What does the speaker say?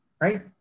right